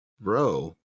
bro